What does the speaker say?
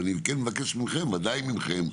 ואני מבקש מכם, ודאי מכם,